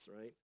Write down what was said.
right